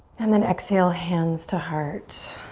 and then exhale hands to heart.